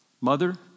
Mother